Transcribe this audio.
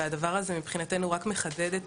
הדבר הזה מבחינתנו רק מחדד את